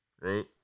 right